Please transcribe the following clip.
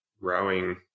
Rowing